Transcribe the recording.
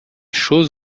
choses